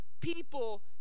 people